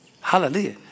Hallelujah